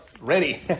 ready